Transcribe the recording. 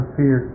fear